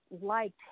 liked